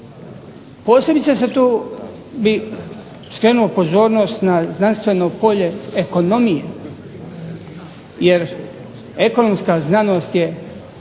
Posebice se tu, bih skrenuo pozornost na znanstveno polje ekonomije, jer ekonomska znanost je